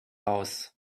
house